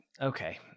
okay